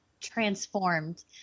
transformed